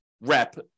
rep